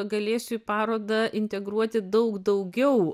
galėsiu į parodą integruoti daug daugiau